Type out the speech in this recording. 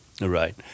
Right